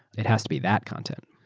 it has to be that content.